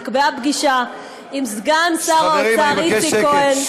נקבעה פגישה עם סגן האוצר איציק כהן,